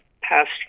passed